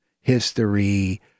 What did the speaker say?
history